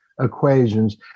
equations